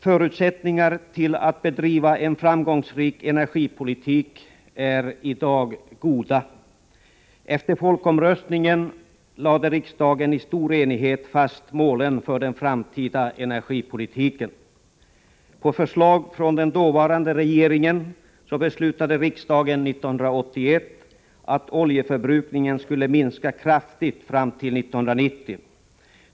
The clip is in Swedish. Förutsättningarna för att bedriva en framgångsrik energipolitik är i dag goda. Efter folkomröstningen lade riksdagen i stor enighet fast målen för den framtida energipolitiken. På förslag från den dåvarande regeringen beslutade riksdagen 1981 att oljeförbrukningen skulle minska kraftigt fram till 1990.